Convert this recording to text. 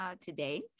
today